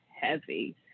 heavy